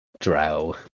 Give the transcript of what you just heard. Drow